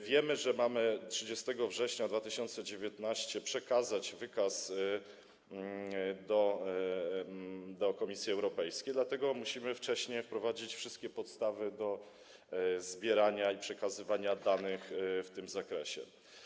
Wiemy, że mamy 30 września 2019 r. przekazać wykaz do Komisji Europejskiej, dlatego musimy wcześniej wprowadzić wszystkie podstawy do zbierania i przekazywania danych w tym zakresie.